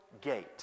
gate